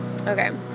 Okay